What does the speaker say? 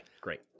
Great